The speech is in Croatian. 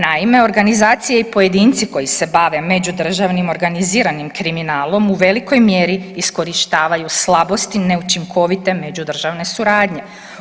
Naime, organizacije i pojedinci koji se bave međudržavnim organiziranim kriminalom, u velikoj mjeri iskorištavaju slabosti neučinkovite međudržavne suradnje.